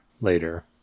later